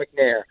McNair